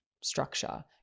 structure